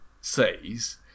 says